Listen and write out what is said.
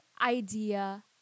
idea